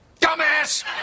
Dumbass